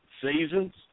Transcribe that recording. seasons